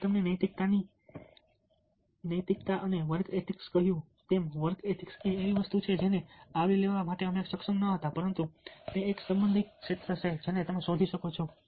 મેં તમને નૈતિકતાની નૈતિકતા અને વર્ક એથિક્સ કહ્યું તેમ વર્ક એથિક્સ એ એવી વસ્તુ છે જેને અમે આવરી લેવા સક્ષમ ન હતા પરંતુ તે એક સંબંધિત ક્ષેત્ર છે જેને તમે શોધી શકો છો